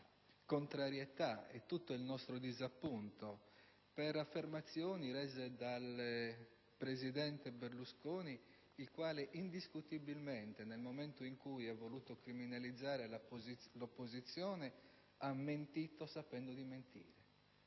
contrarietà ed il nostro disappunto per le affermazioni fatte dal presidente Berlusconi, il quale indiscutibilmente, nel momento in cui ha voluto criminalizzare l'opposizione, ha mentito sapendo di mentire.